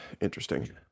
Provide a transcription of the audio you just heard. interesting